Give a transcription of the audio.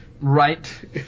Right